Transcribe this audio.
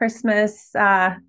Christmas